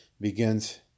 begins